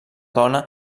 dona